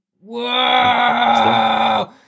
Whoa